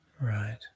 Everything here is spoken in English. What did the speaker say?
Right